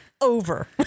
over